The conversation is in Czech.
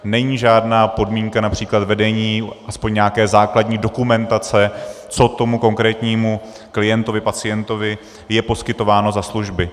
Není žádná podmínka například vedení aspoň nějaké základní dokumentace, co tomu konkrétnímu klientovi, pacientovi je poskytováno za služby.